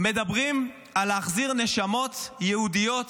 מדברים על להחזיר נשמות יהודיות